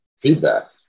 feedback